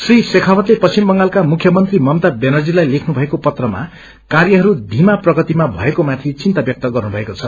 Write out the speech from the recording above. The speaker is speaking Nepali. श्री शेखावतले पश्चिम बंगालका मुख्यमंत्री ममता व्यानर्जीलाई लेख्नुभएको पत्रमा कार्यहरू थीमा प्रगतिमा भएको माथि चिन्ता व्यक्त गर्नुभएको छ